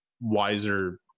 wiser